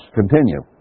continue